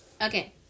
okay